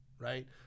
right